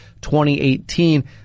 2018